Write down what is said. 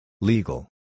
Legal